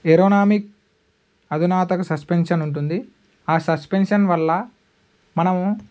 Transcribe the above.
ergonomic అధునాతన suspension ఉంటుంది ఆ సస్పెన్షన్ వల్ల మనము